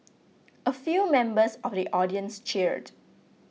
a few members of the audience cheered